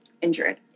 Injured